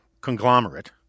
conglomerate